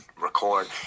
record